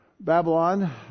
Babylon